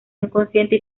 inconsciente